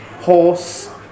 Horse